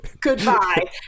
goodbye